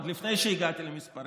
עוד לפני שהגעתי למספרים,